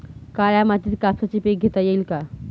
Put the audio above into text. काळ्या मातीत कापसाचे पीक घेता येईल का?